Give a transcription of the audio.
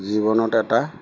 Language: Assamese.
জীৱনত এটা